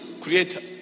create